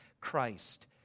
Christ